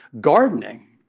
gardening